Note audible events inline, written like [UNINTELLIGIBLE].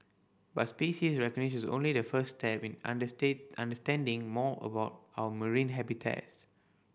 but species recognition is only the first step in [UNINTELLIGIBLE] understanding more about our marine habitats